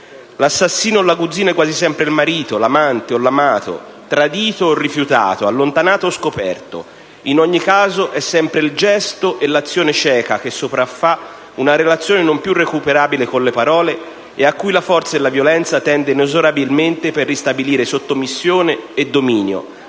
L'assassino o l'aguzzino è quasi sempre il marito, l'amante o l'amato, tradito o rifiutato, allontanato o scoperto. In ogni caso, è sempre il gesto e l'azione cieca che sopraffà una relazione non più recuperabile con le parole e a cui la forza della violenza tende inesorabilmente per ristabilire sottomissione e dominio